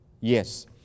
Yes